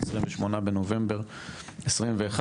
28.11.21,